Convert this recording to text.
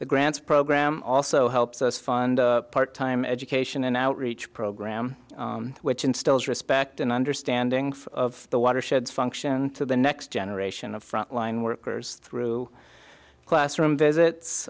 the grants program also helps us fund part time education and outreach program which instills respect and understanding of the watershed function to the next generation of front line workers through classroom visits